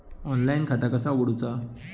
Online खाता कसा उगडूचा?